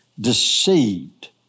Deceived